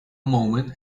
moment